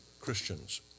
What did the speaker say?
Christians